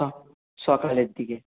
সকালের দিকে